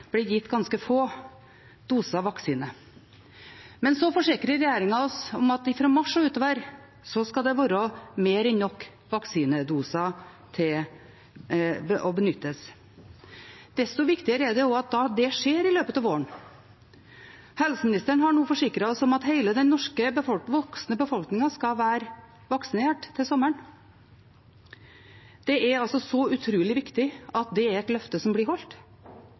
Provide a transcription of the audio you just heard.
gitt ganske få doser vaksine, men så forsikrer regjeringen oss om at det fra mars og utover skal være mer enn nok vaksinedoser til benyttelse. Desto viktigere er det at det da også skjer i løpet av våren. Helseministeren har nå forsikret oss om at hele den voksne befolkningen skal være vaksinert til sommeren. Det er utrolig viktig at det er et løfte som blir holdt.